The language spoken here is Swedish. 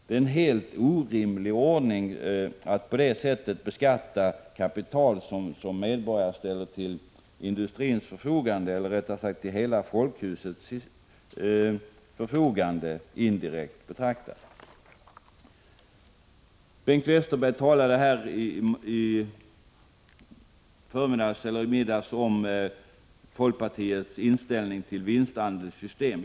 Det är helt orimligt att på det sättet beskatta kapital som medborgare indirekt ställer till industrins eller rättare sagt hela folkhushållets förfogande. Bengt Westerberg talade på eftermiddagen om folkpartiets inställning till vinstandelssystem.